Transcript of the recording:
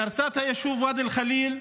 היא הרסה את היישוב ואדי אל-ח'ליל,